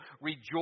rejoice